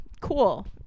cool